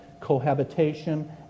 cohabitation